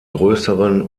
größeren